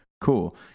cool